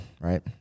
Right